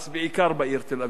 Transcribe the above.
בעיקר בעיר תל-אביב כמובן,